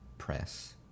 press